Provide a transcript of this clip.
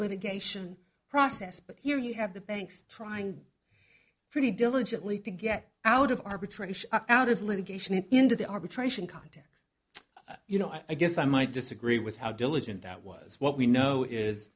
litigation process but here you have the banks trying pretty diligently to get out of arbitration out of litigation and into the arbitration context you know i guess i might disagree with how diligent that was what we know is